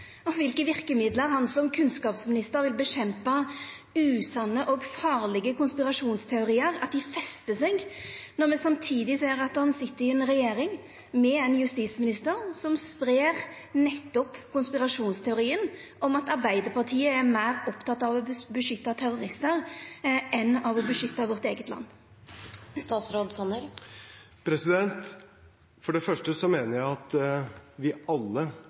kva for truverde og verkemiddel han som kunnskapsminister vil kjempa mot at usanne og farlege konspirasjonsteoriar festar seg, når han samtidig sit i ei regjering med ein justisminister som spreier nettopp konspirasjonsteorien om at Arbeidarpartiet er meir oppteke av å beskytta terroristar enn å beskytta vårt eige land. For det første mener jeg at vi alle